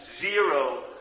zero